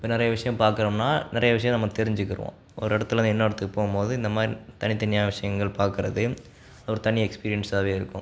இப்போ நிறைய விஷயம் பார்க்கறம்னா நிறைய விஷயம் நம்ம தெரிஞ்சுக்கிறோம் ஒரு இடத்துலருந்து இன்னொரு இடத்துக்கு போகும்போது இந்த மாதிரி தனித்தனியாக விஷயங்கள் பார்க்கறது ஒரு தனி எக்ஸ்பீரியன்ஸாகவே இருக்கும்